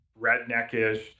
redneckish